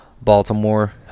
Baltimore